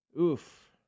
Oof